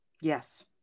Yes